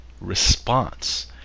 response